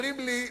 אומרים לי: